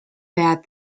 bad